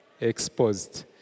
Exposed